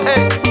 hey